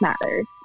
matters